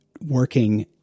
working